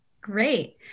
Great